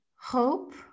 hope